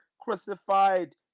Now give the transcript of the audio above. crucified